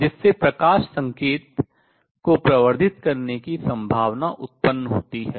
जिससे प्रकाश संकेत को प्रवर्धित करने की संभावना उत्पन्न होती है